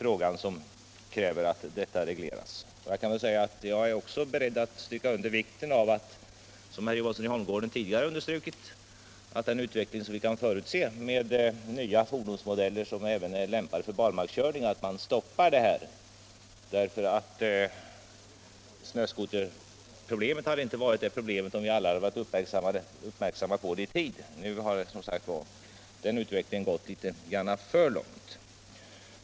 Jag är — liksom herr Johansson i Holmgården här tidigare — beredd att understryka vikten av att man i den utveckling som kan förutses, med nya fordonsmodeller som även är lämpade för barmarkskörning, med lagens hjälp skall kunna stoppa sådan olämplig körning. Snöskoterproblemet hade aldrig blivit det problem som det nu är, om vi hade uppmärksammat frågan i tid, men nu har som sagt den utvecklingen gått litet för långt.